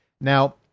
Now